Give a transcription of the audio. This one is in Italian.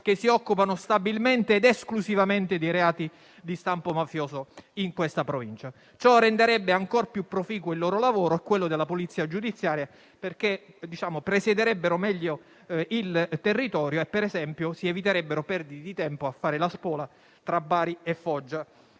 che si occupano stabilmente ed esclusivamente di reati di stampo mafioso in quella Provincia. Ciò renderebbe ancor più proficuo il loro lavoro e quello della Polizia giudiziaria perché presidierebbero meglio il territorio, evitando perdite di tempo a fare la spola tra Bari e Foggia.